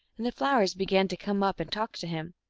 and the flowers began to come up and talk to him.